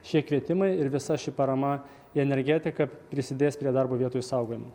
šie kvietimai ir visa ši parama į energetiką prisidės prie darbo vietų išsaugojimo